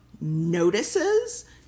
notices